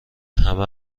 همه